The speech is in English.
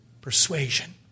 persuasion